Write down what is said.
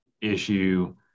issue